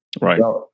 Right